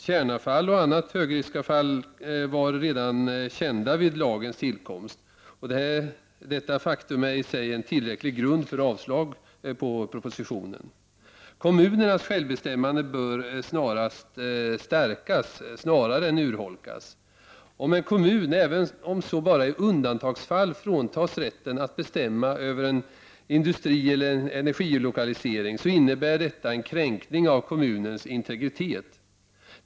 Kärnavfall och annat högriskavfall var kända redan vid lagens tillkomst. Detta faktum är i sig en tillräcklig grund för avslag på propositionen. Kommunernas självbestämmande bör stärkas snarare än urholkas. Om en kommun, även om det bara är i undantagsfall, fråntas rätten att bestämma över en industrieller energilokalisering, innebär detta en kränkning av kommunens integritet.